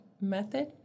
method